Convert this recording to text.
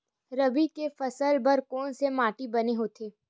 रबी के फसल बर कोन से माटी बने होही?